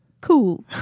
cool